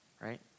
right